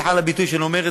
סליחה על הביטוי שאני אומר.